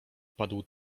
padł